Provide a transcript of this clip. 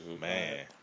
man